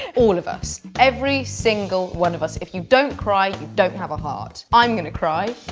all of us. every single one of us. if you don't cry, you don't have a heart. i'm gonna cry.